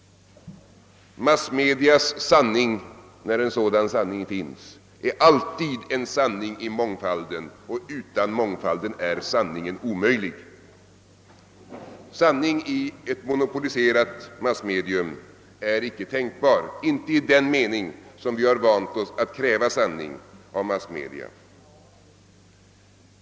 Massmedias sanning, när en sådan sanning finns, är alltid en sanning i mångfalden och utan mångfalden är sanningen omöjlig. Sanning och allsidighet i ett monopoliserat massmedium är icke tänkbar, inte i den mening, som vi har vant oss att kräva sanning och allsidighet av massmedia.